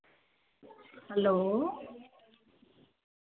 hello